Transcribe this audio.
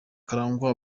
karangwa